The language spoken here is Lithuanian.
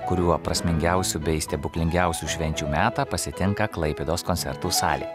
kuriuo prasmingiausių bei stebuklingiausių švenčių metą pasitinka klaipėdos koncertų salė